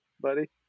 buddy